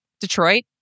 Detroit